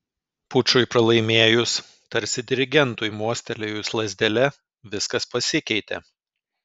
pučui pralaimėjus tarsi dirigentui mostelėjus lazdele viskas pasikeitė